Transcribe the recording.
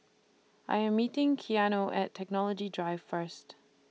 I Am meeting Keanu At Technology Drive First